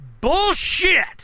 Bullshit